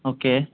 okay